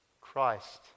Christ